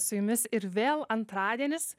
su jumis ir vėl antradienis